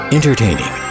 Entertaining